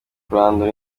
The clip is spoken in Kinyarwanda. kurandura